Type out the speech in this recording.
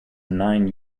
nine